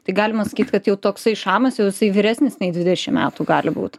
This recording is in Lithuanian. tai galima sakyti kad jau toksai šamas jisai vyresnis nei dvidešimt metų gali būti